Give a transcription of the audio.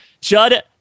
Judd